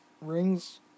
rings